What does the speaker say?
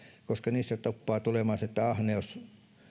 koska niissä tuppaa tulemaan se että ahneus